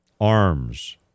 arms